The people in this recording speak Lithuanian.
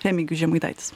remigijus žemaitaitis